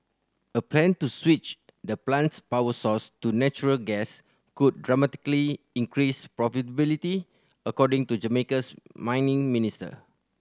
a plan to switch the plant's power source to natural gas could dramatically increase profitability according to Jamaica's mining minister